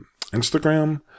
instagram